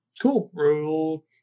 Cool